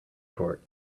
court